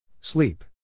Sleep